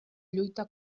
lluita